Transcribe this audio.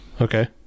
Okay